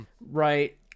Right